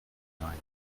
hinein